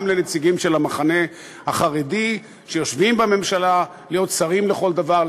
לנציגים של המחנה החרדי שיושבים בממשלה להיות שרים לכל דבר,